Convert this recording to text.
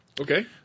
Okay